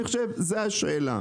אני חושב שזו השאלה.